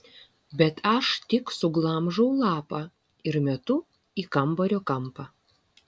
bet aš tik suglamžau lapą ir metu į kambario kampą